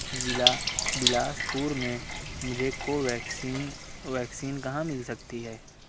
ضلع بلاسپورمیں مجھے کوویکسین ویکسین کہاں مل سکتی ہے